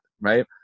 right